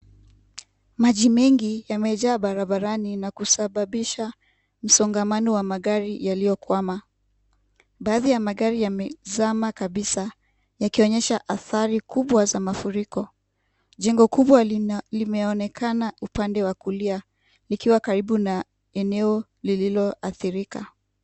Maji mengi yamejaa barabarani na kusababisha msongamano wa magari yaliyokwama. Baadhi ya magari yamezama kabisa yakionyesha athari kubwa za mafuriko. Jengo kubwa limeonekana upande wa kulia likiwa karibu na eneo lililoathirika.